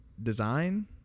design